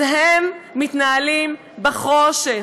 אז הם מתנהלים בחושך,